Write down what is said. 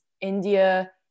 India